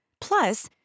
Plus